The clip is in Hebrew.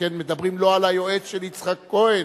שכן מדברים לא על היועץ של יצחק כהן,